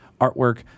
artwork